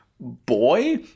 boy